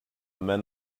men